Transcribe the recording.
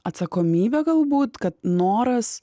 atsakomybė galbūt kad noras